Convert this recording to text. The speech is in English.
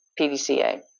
PDCA